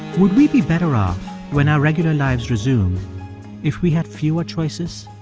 would we be better off when our regular lives resumed if we had fewer choices?